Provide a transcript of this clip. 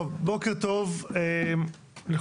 בוקר טוב לכולם.